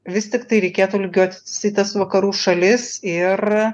vis tiktai reikėtų lygiuotis į tas vakarų šalis ir